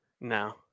No